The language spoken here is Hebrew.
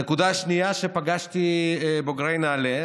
הנקודה השנייה שבה פגשתי את בוגרי נעל"ה,